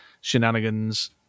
shenanigans